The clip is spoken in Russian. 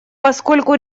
поскольку